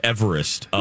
Everest